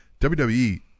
WWE